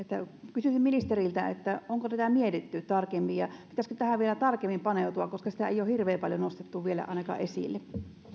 kysyisin ministeriltä onko tätä mietitty tarkemmin ja pitäisikö tähän vielä tarkemmin paneutua koska sitä ei ole hirveän paljon nostettu vielä ainakaan esille